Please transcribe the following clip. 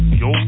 yo